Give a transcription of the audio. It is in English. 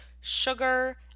sugar